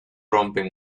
rompen